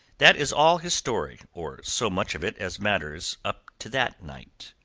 that is all his story, or so much of it as matters up to that night,